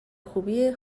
خوبیه